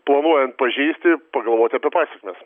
planuojant pažeisti pagalvoti apie pasekmes